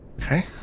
Okay